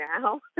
now